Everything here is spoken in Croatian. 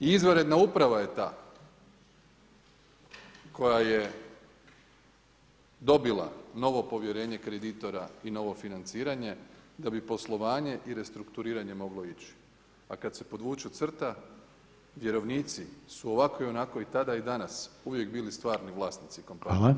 I izvanredna uprava je ta koja je dobila novo povjerenje kreditora i novo financiranje da bi poslovanje i restrukturiranje moglo ići, a kad se podvuče crta vjerovnici su ovako i onako i tada i danas uvijek bili stvarni vlasnici kompanije.